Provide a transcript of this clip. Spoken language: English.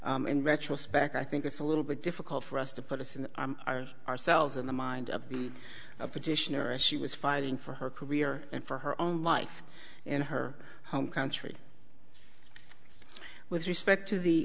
in retrospect i think it's a little bit difficult for us to put us in our ourselves in the mind of the petitioner as she was fighting for her career and for her own life and her home country with respect to the